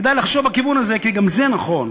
כדאי לחשוב בכיוון הזה, כי גם זה נכון.